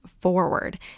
forward